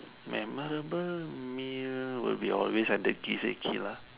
memorable meal will be always at the Kiseki lah